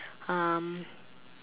um